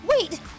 Wait